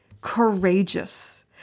courageous